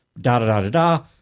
da-da-da-da-da